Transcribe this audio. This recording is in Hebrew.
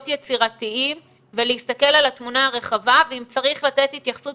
יצירתיים ולהסתכל על התמונה הרחבה ואם צריך לתת התייחסות